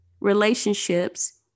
relationships